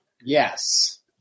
Yes